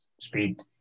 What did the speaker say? speed